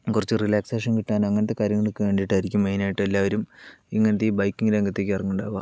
കുറച്ച് റിലേക്സേഷൻ കിട്ടാൻ അങ്ങനത്തെ കാര്യങ്ങൾക്ക് വേണ്ടിയിട്ടായിരിക്കും മെയ്നായിട്ട് എല്ലാവരും ഇങ്ങനത്തെ ഈ ബൈക്കിംഗ് രംഗത്തേക്ക് ഇറങ്ങുന്നുണ്ടാവുക